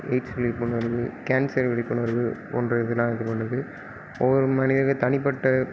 AIDS விழிப்புணர்வு cancer விழிப்புணர்வு போன்ற இதெலாம் இது பண்ணுது ஒவ்வொரு மனிதனுக்கு தனிபட்ட